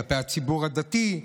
כלפי הציבור הדתי,